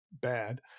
bad